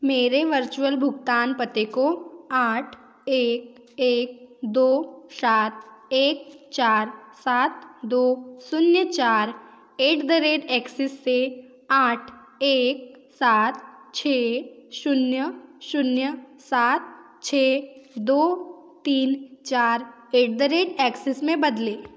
मेरे वर्चुअल भुगतान पत्ते को आठ एक एक दो सात एक चार सात दो शून्य चार एट द रेट एक्सिस से आठ एक सात छः शून्य शून्य सात छः दो तीन चार एट द रेट एक्सिस में बदलें